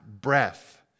breath